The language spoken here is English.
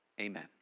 amen